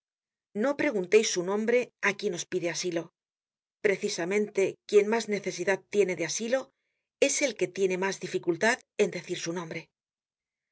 no pregunteis su nombre á quien os pide asilo precisamente quien mas necesidad tiene de asilo es el que tiene mas dificultad en decir su nombre